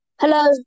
Hello